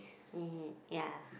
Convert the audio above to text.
ya